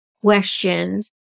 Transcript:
questions